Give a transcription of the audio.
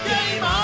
Game